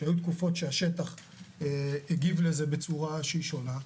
שהיו תקופות שהשטח הגיב לזה צורה שהיא שונה,